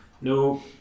no